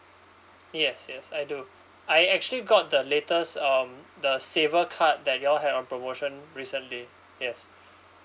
yes yes I do I actually got the latest um the saver card that you all have on promotion recently yes